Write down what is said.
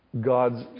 God's